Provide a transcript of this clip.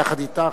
יחד אתך,